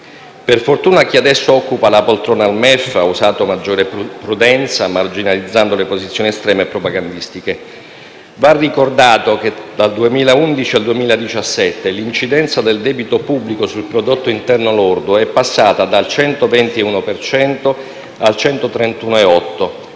per fortuna, chi adesso occupa la poltrona al MEF ha usato maggiore prudenza marginalizzando le posizioni estreme propagandistiche. Va ricordato che dal 2011 al 2017 l'incidenza del debito pubblico sul prodotto interno lordo è passata dal 121 per